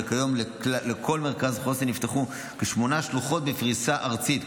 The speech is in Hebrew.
וכיום לכל מרכז חוסן נפתחו כשמונה שלוחות בפריסה ארצית,